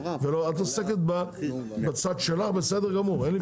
את עוסקת בצד שלך בסדר גמור אין לי תלונות,